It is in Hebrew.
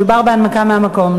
מדובר בהנמקה מהמקום,